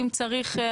אם צריך,